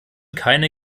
keine